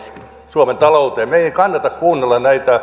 suomen talouteen meidän ei kannata kuunnella